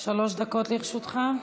שלוש דקות לרשותך.